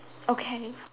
okay